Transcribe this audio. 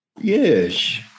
Yes